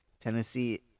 Tennessee